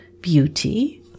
beauty